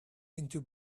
into